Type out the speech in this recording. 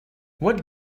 what